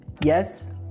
Yes